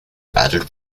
added